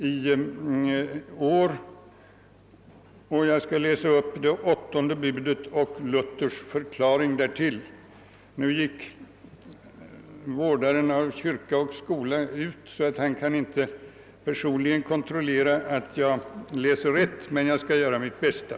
Jag skall nämligen läsa upp åttonde budet och Luthers förklaring till detta — vår högste vårdare av kyrka och skola gick just nu ut från kammaren, och han kommer därför inte att kunna personligen kontrollera att jag läser rätt, men jag skall göra mitt bästa.